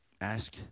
ask